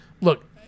Look